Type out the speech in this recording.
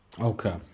okay